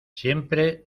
siempre